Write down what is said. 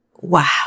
wow